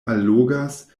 allogas